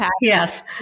Yes